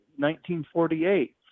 1948